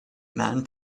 man